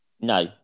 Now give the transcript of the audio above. No